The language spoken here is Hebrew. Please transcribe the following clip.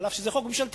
אף שזה חוק ממשלתי.